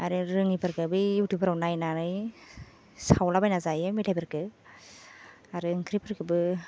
आरो रोङैफोरखौ बै युउथुबफोराव नायनानै सावलाबायना जायो मेथायफोरखो आरो ओंख्रिफोरखौबो